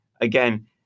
again